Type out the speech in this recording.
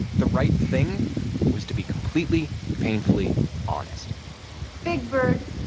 the right thing was to be completely painfully honest big bird,